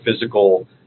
physical